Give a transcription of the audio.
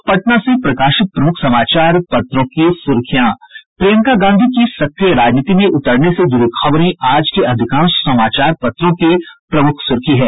अब पटना से प्रकाशित प्रमुख समाचार पत्रों की सुर्खियां प्रियंका गांधी की सक्रिय राजनीति में उतरने से जुड़ी खबरें आज के अधिकांश समाचार पत्रों की प्रमुख सुर्खी है